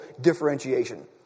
differentiation